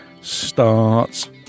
starts